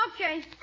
Okay